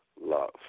love